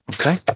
Okay